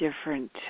different